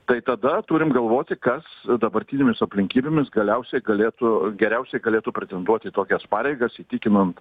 tai tada turim galvoti kas dabartinėmis aplinkybėmis galiausiai galėtų geriausiai galėtų pretenduot į tokias pareigas įtikinant